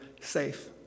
safe